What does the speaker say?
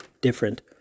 different